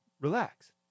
relax